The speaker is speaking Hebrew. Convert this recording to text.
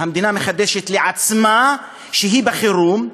המדינה מחדשת לעצמה שהיא בחירום,